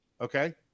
Okay